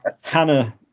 Hannah